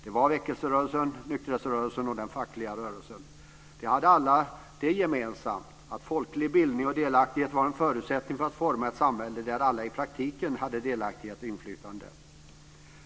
Det var väckelserörelsen, nykterhetsrörelsen och den fackliga rörelsen. De hade alla det gemensamt att folklig bildning och delaktighet var en förutsättning för att forma ett samhälle där alla i praktiken hade delaktighet och inflytande.